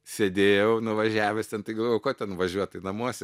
sėdėjau nuvažiavęs ten tai galvojau ko ten važiuot tai namuose